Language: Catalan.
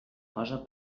cosa